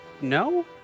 No